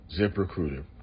ZipRecruiter